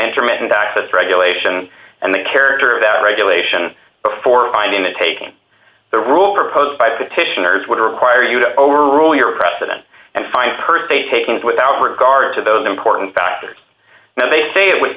intermittent access regulation and the character of that regulation for finding the taking the rule proposed by petitioners would require you to overrule your precedent and find per se takings without regard to those important factors now they say it wa